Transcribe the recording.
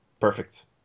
perfect